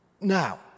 Now